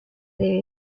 debe